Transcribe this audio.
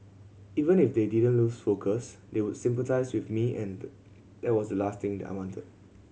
even if they didn't lose focus they would sympathise with me and that was last thing I wanted